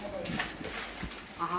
(uh huh)